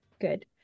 Good